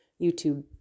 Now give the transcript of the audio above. YouTube